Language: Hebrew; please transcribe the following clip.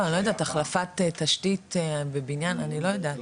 אני לא יודעת, תשתית לבניין, אני לא יודעת.